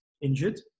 injured